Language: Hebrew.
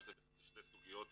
אני רוצה להתייחס לשתי סוגיות